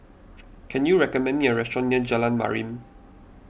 can you recommend me a restaurant near Jalan Mariam